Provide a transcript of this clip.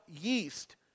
yeast